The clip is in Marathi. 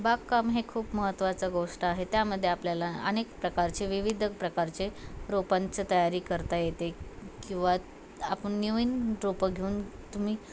बागकाम हे खूप महत्त्वाचं गोष्ट आहे त्यामध्ये आपल्याला अनेक प्रकारचे विविध प्रकारचे रोपांचं तयारी करता येते किंवा आपण नवीन रोपं घेऊन तुम्ही